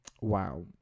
Wow